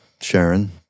Sharon